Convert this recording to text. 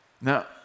Now